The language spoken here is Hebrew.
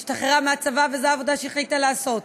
היא השתחררה מהצבא, וזו העבודה שהיא החליטה לעשות